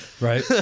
Right